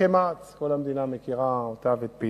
(לא נקראה, נמסרה לפרוטוקול),